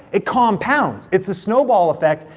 it compounds. it's a snowball effect,